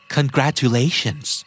Congratulations